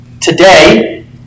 today